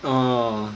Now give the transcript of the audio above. orh